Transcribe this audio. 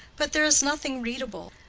but there is nothing readable.